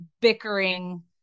bickering